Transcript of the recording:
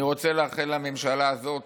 אני רוצה לאחל לממשלה הזאת